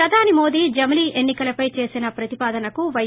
ప్రధాని మోదీ జమిలీ ఎన్నికలపై చేసిన ప్రతిపాదనకు పై